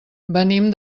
venim